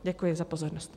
Děkuji za pozornost.